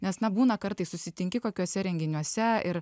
nes na būna kartais susitinki kokiuose renginiuose ir